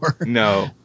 No